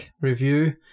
review